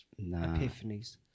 epiphanies